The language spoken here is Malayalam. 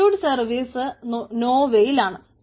കംപ്യൂട്ട് സർവീസ് നോവയിൽ ആണ്